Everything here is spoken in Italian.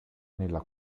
nella